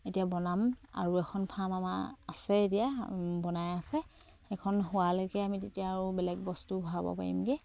এতিয়া বনাম আৰু এখন ফাৰ্ম আমাৰ আছে এতিয়া বনাই আছে সেইখন হোৱালৈকে আমি তেতিয়া আৰু বেলেগ বস্তু ভৰাব পাৰিমগে